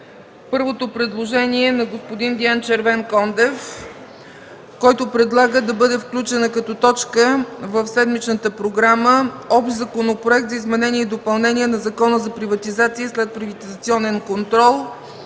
Първото предложение е на господин Диан Червенкондев – да бъде включен като точка в седмичната програма Общ законопроект за изменение и допълнение на Закона за приватизация и следприватизационен контрол,